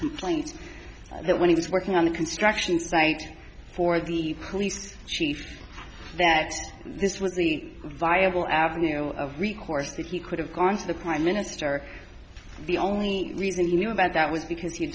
complaint that when he was working on a construction site for the police chief that this was a viable avenue of recourse that he could have gone to the prime minister the only reason he knew about that was because he